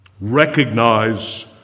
recognize